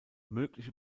mögliche